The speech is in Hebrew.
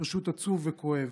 זה פשוט עצוב וכואב.